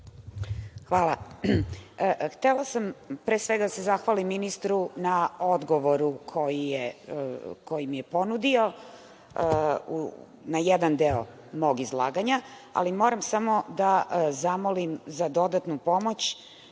Hvala. Htela sam, pre svega, da se zahvalim ministru na odgovoru koji mi je ponudio, na jedan deo mog izlaganja, ali moram samo da zamolim za dodatnu pomoć,